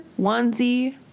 onesie